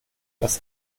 das